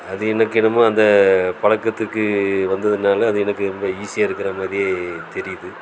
அது எனக்கு என்னமோ அந்த பழக்கத்துக்கு வந்ததுனால அது எனக்கு ரொம்ப ஈஸியாக இருக்கிற மாதிரி தெரியுது